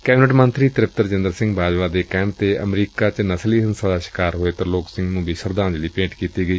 cabinet ਮੰਤਰੀ ਤ੍ਰਿਪਤ ਰਾਜਿੰਦਰ ਸਿੰਘ ਬਾਜਵਾ ਦੇ ਕਹਿਣ ਤੇ ਅਮਰੀਕਾ ਚ ਨਸਲੀ ਹਿੰਸਾ ਦਾ ਸ਼ਿਕਾਰ ਹੋਏ ਤ੍ਰਿਲੋਕ ਸਿੰਘ ਨੁੰ ਸ਼ਰਧਾਂਜਲੀ ਭੇਟ ਕੀਤੀ ਗਈ